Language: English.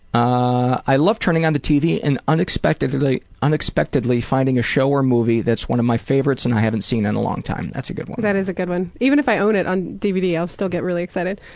i love turning on the tv and unexpectedly unexpectedly finding a show or movie that's one of my favorites and i haven't seen in a long time. that's a good one. that is a good one. even if i own it on dvd, i'll still get really excited.